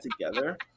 together